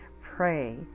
pray